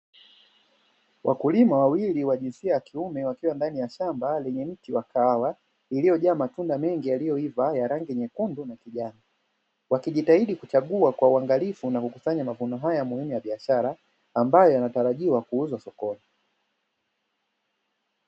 Wakulima wawili wa jinsia ya kiume wakiwa ndani ya shamba lenye mti ya kahawa, iliyojaa matunda mengi yaliyoiva ya rangi nyekundu pamoja na kijani, wakijitahidi kuchagua kwa uangalifu na kukusanya mazao hayo muhimu ya biashara, ambayo yanatarajiwa kuuzwa sokoni.